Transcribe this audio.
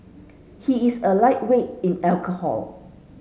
he is a lightweight in alcohol